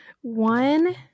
one